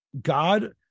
God